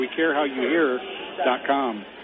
wecarehowyouhear.com